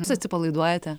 jūs atsipalaiduojate